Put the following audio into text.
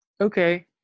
okay